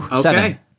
seven